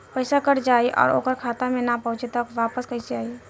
पईसा कट जाई और ओकर खाता मे ना पहुंची त वापस कैसे आई?